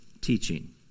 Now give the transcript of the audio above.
teaching